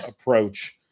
approach